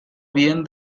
bien